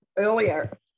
earlier